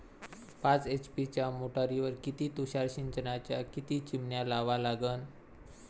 पाच एच.पी च्या मोटारीवर किती तुषार सिंचनाच्या किती चिमन्या लावा लागन?